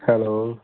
hello